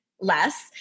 less